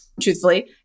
truthfully